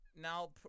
now